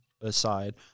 aside